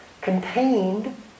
contained